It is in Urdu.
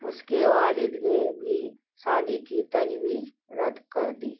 اس کے والد نے بھی شادی کی تجویز رد کر دی